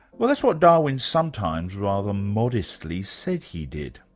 well that's what darwin sometimes rather modestly said he did.